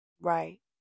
right